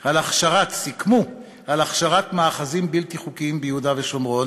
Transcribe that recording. על הכשרת מאחזים בלתי חוקיים ביהודה ושומרון